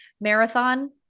marathon